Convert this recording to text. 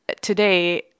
today